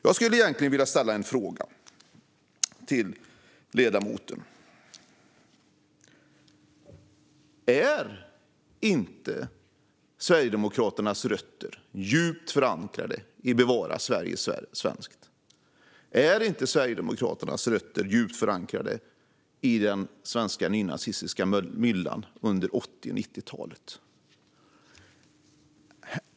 Jag skulle egentligen vilja ställa en fråga till ledamoten: Är inte Sverigedemokraternas rötter djupt förankrade i Bevara Sverige svenskt? Är inte Sverigedemokraternas rötter djupt förankrade i den svenska nynazistiska myllan från 80 och 90-talet?